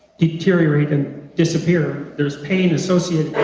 deteriorate and disappear. there's pain associated